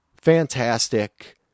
Fantastic